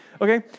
Okay